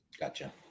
gotcha